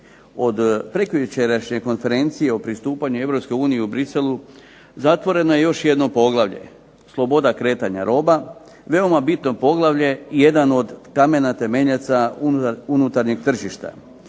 Od prekjučerašnje konferencije o pristupanju Europskoj uniji u Bruxellesu zatvoreno je još jedno poglavlje, sloboda kretanja roba, veoma bitno poglavlje, jedan od kamena temeljaca unutarnjeg tržišta